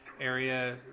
area